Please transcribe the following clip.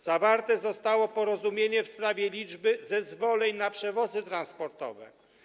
Zawarte zostało porozumienie w sprawie liczby zezwoleń na przewozy transportowe.